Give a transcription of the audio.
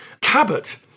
Cabot